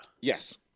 Yes